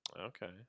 Okay